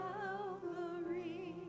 Calvary